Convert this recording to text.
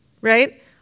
right